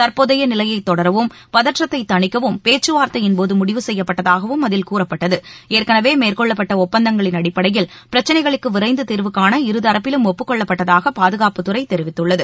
தற்போதைய நிலையை தொடரவும் பதற்றத்தை தணிக்கவும் பேச்சுவார்த்தையின்போது முடிவு செய்யப்பட்டதாகவும் அதில் கூறப்பட்டுள்ளது ஏற்கெனவே மேற்கொள்ளப்பட்டுள்ள ஒப்பந்தங்களின் அடிப்படையில் பிரச்சினைகளுக்கு விரைந்து தீர்வு காண இருதரப்பிலும் ஒப்புக்கொள்ளப்பட்டதாக பாதுகாப்புத்துறை தெரிவித்துள்ளது